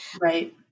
Right